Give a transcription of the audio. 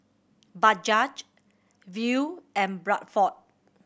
Bajaj Viu and Bradford